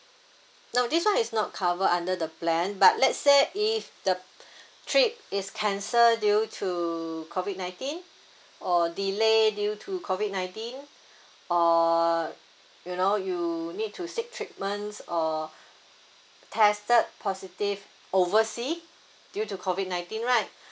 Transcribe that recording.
no this [one] is not cover under the plan but let's say if the trip is cancelled due to COVID nineteen or delay due to COVID nineteen or you know you need to seek treatments or tested positive oversea due to COVID nineteen right